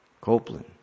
Copeland